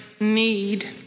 need